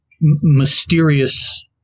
mysterious